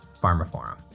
PharmaForum